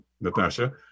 Natasha